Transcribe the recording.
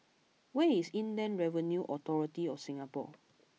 where is Inland Revenue Authority of Singapore